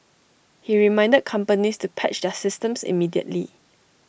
he reminded companies to patch their systems immediately